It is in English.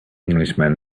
englishman